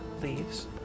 leaves